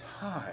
time